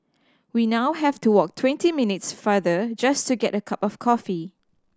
we now have to walk twenty minutes farther just to get a cup of coffee